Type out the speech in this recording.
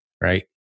right